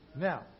Now